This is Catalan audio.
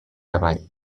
avall